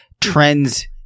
trends